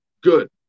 Good